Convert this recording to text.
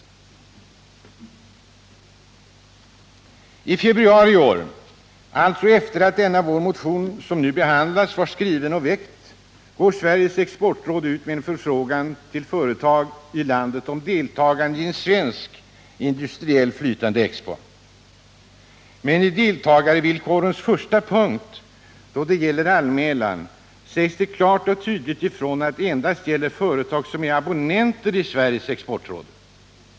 Å I februari i år, alltså efter det att den motion som nu behandlas var skriven och väckt, gick Sveriges exportråd ut med en förfrågan till företag i landet om deltagande i en svensk industriell flytande expo. Men i deltagarvillkorens första punkt sägs det klart och tydligt ifrån att anmälan endast kan göras av företag som är abonnenter i Sveriges exportråd.